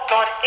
God